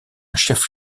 chef